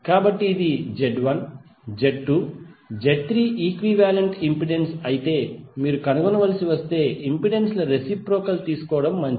కాబట్టి ఇది Z1 Z2 Z3 equivalent impedance అయితే మీరు కనుగొనవలసి వస్తే ఇంపెడెన్స్ ల రెసిప్రొకల్ తీసుకోవడం మంచిది